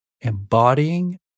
embodying